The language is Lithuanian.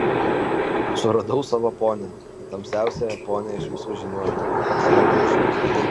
suradau savo ponią tamsiausiąją ponią iš visų žiniuonių išmokau iš jos